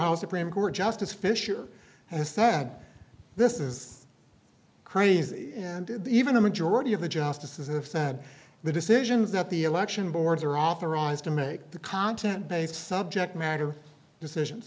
house supreme court justice fisher has said this is crazy and even a majority of the justices if that the decisions that the election boards are authorized to make the content they subject matter decisions